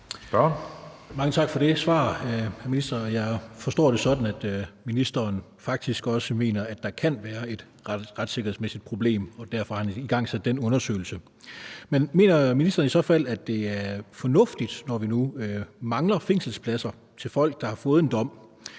Mange tak for det svar. Jeg forstår det sådan, at ministeren faktisk også mener, at der kan være et retssikkerhedsmæssigt problem, og at han derfor har igangsat den undersøgelse. Men mener ministeren i så fald, at det er fornuftigt, når vi nu mangler fængselspladser til folk, der har fået en dom,